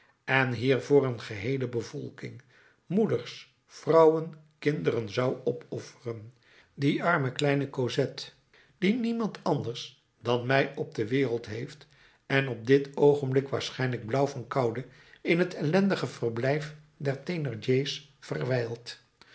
en hiervoor een geheele bevolking moeders vrouwen kinderen zou opofferen die arme kleine cosette die niemand anders dan mij op de wereld heeft en op dit oogenblik waarschijnlijk blauw van koude in t ellendig verblijf der